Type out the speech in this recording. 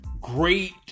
great